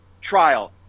trial